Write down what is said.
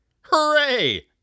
Hooray